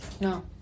No